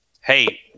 Hey